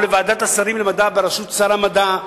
או לוועדת השרים למדע בראשות שר המדע,